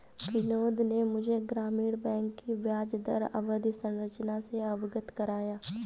बिनोद ने मुझे ग्रामीण बैंक की ब्याजदर अवधि संरचना से अवगत कराया